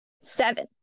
Seven